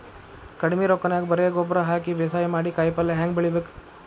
ಕಡಿಮಿ ರೊಕ್ಕನ್ಯಾಗ ಬರೇ ಗೊಬ್ಬರ ಹಾಕಿ ಬೇಸಾಯ ಮಾಡಿ, ಕಾಯಿಪಲ್ಯ ಹ್ಯಾಂಗ್ ಬೆಳಿಬೇಕ್?